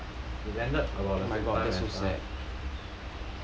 ya he landed about the same time as